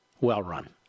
well-run